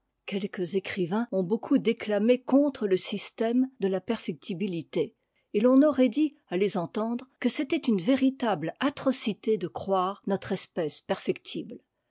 quelques écrivains ont beaucoup déclamé contre le système de la perfectibilité et l'on aurait dit à les entendre que c'était une véritable atrocité de croire notre espèce